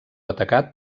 atacat